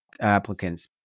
Applicants